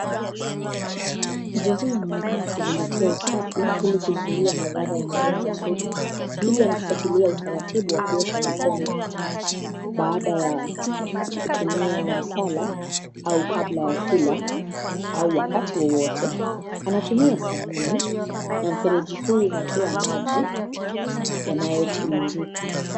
Ndiye huyu anaonekana kuzingatia usafi ili kuzuia madhara ya magonjwa sugu hivi anafuatilia utaratibu wa kuosha mikono baada ya kutumia msala au kabla ya kula au wakati wowote, anatumia sabuni na mfereji huu unatoa maji yanayotiririrka.